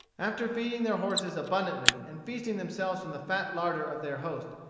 after feeding their horses abundantly and feasting themselves from the fat larder of their host,